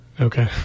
Okay